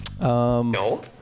No